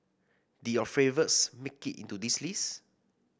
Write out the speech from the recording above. did your favourites make it into this list